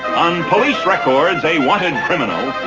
on police records a wanted criminal,